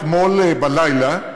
אתמול בלילה,